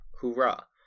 Hoorah